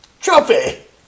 Trophy